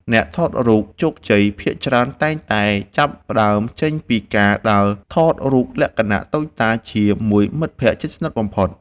អ្នកថតរូបជោគជ័យភាគច្រើនតែងតែចាប់ផ្តើមចេញពីការដើរថតរូបលក្ខណៈតូចតាចជាមួយមិត្តភក្តិជិតស្និទ្ធបំផុត។